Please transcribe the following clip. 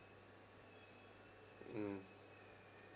mm